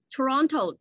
Toronto